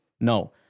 No